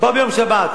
באו ביום שבת.